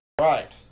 right